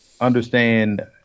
understand